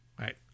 right